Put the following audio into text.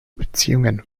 beziehungen